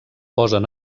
posen